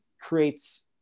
creates